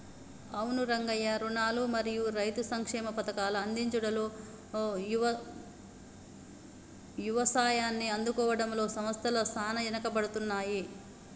అవును రంగయ్య రుణాలు మరియు రైతు సంక్షేమ పథకాల అందించుడులో యవసాయాన్ని ఆదుకోవడంలో సంస్థల సాన ఎనుకబడుతున్నాయి